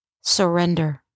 Surrender